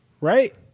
right